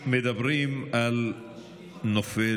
מדברים על נופל,